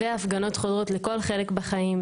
"ההפגנות חודרות לכל חלק בחיים.